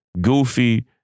goofy